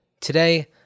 Today